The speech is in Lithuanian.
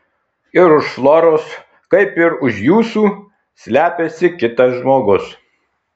ir už floros kaip ir už jūsų slepiasi kitas žmogus